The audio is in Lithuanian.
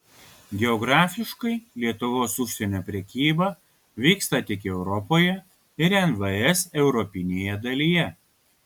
geografiškai lietuvos užsienio prekyba vyksta tik europoje ir nvs europinėje dalyje